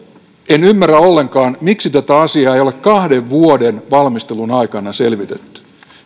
en ymmärrä ollenkaan miksi tätä asiaa ei ole kahden vuoden valmistelun aikana selvitetty